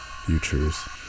futures